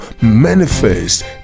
manifest